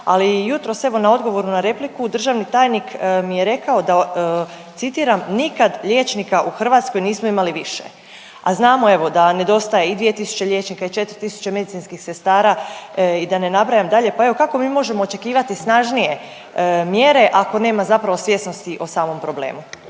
ali jutros evo na odgovoru na repliku državni tajnik mi je rekao da citiram, nikad liječnika u Hrvatskoj nismo imali više, a znamo evo da nam nedostaje i 2 tisuće liječnika i 4 tisuće medicinskih sestara i da ne nabrajam dalje. Pa evo kako mi možemo očekivati snažnije mjere ako nema zapravo svjesnosti o samom problemu?